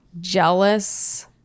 jealous